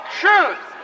truth